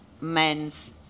men's